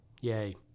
Yay